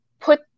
put